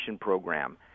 program